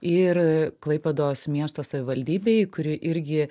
ir klaipėdos miesto savivaldybei kuri irgi